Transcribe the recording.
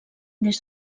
des